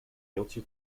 mailtje